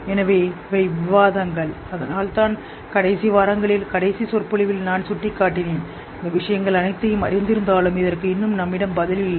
எனவே இவை விவாதங்கள் அதனால்தான் கடைசி வாரங்களில் கடைசி சொற்பொழிவில் நான் சுட்டிக்காட்டினேன் இந்த விஷயங்கள் அனைத்தையும் அறிந்திருந்தாலும் இவை இன்னும் நம்மிடம் பதில் இல்லை